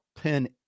pin